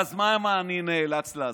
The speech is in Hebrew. ואז, מה אני נאלץ לעשות?